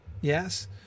Yes